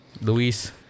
Luis